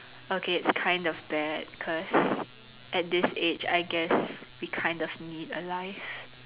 okay it's kind of bad cause at this age I guess we kind of need a life